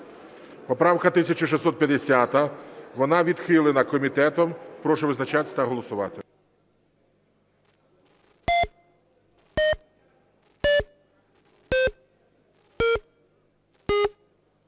Поправка 1661. Вона відхилена комітетом. Прошу визначатися та голосувати.